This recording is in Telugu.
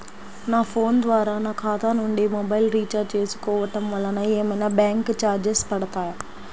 నా ఫోన్ ద్వారా నా ఖాతా నుండి మొబైల్ రీఛార్జ్ చేసుకోవటం వలన ఏమైనా బ్యాంకు చార్జెస్ పడతాయా?